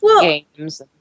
games